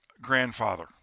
grandfather